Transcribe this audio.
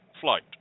flight